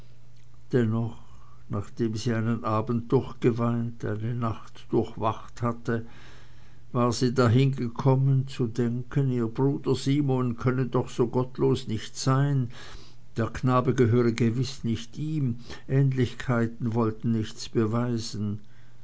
dennoch nachdem sie einen abend durchgeweint eine nacht durchwacht hatte war sie dahin gekommen zu denken ihr bruder simon könne so gottlos nicht sein der knabe gehöre gewiß nicht ihm ähnlichkeiten wollen nichts beweisen